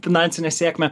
finansinę sėkmę